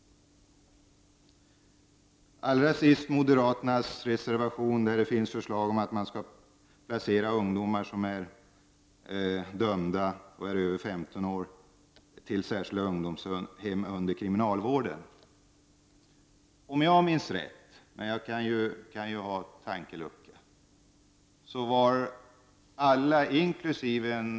Allra sist vill jag ta upp moderaternas reservation med förslag om att placera ungdomar över 15 år som är dömda till särskilda ungdomshem under kriminalvården. Om jag minns rätt — jag kan ha en tankelucka — var alla, inkl.